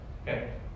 Okay